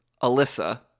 Alyssa